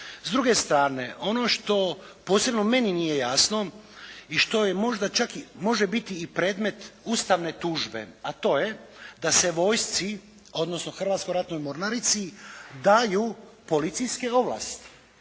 S druge strane ono što posebno meni nije jasno i što je možda čak može biti i predmet Ustavne tužbe, a to je da se vojsci, odnosno Hrvatskoj ratnoj mornarici daju policijske ovlasti.